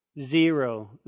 Zero